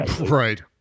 Right